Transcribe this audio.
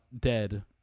dead